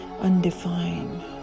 undefined